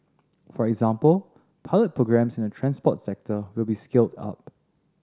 for example pilot programmes in the transport sector will be scaled up